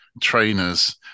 trainers